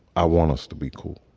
i want us to be cool.